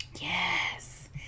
Yes